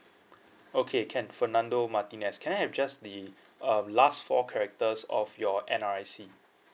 okay can fernando martinez can I have just the uh last four characters of your N_R_I_C